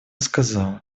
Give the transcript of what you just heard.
сказал